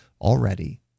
already